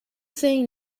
saying